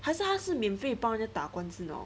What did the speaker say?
还是他是免费帮人家打官司 lor